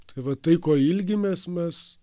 tai va tai ko ilgimės mes